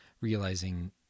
realizing